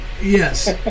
Yes